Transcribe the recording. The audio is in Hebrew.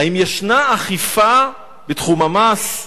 האם ישנה אכיפה בתחום המס?